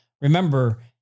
Remember